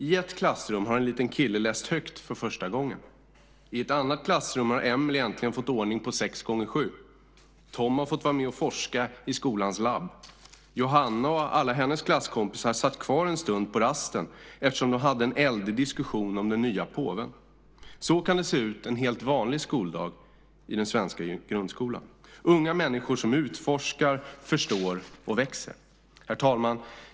I ett klassrum har en liten kille läst högt för första gången. I ett annat klassrum har Emily äntligen fått ordning på 6 gånger 7. Tom har fått vara med och forska i skolans labb. Johanna och alla hennes klasskompisar satt kvar en stund på rasten eftersom de hade en eldig diskussion om den nye påven. Så kan det se ut en helt vanlig skoldag i den svenska grundskolan - unga människor som utforskar, förstår och växer. Herr talman!